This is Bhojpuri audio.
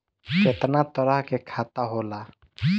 केतना तरह के खाता होला?